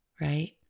right